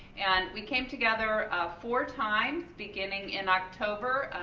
and we came together four times beginning in october.